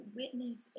witness